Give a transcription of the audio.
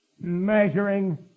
measuring